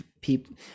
people